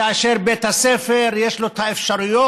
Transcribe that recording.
כאשר לבית הספר יש אפשרויות,